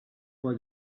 for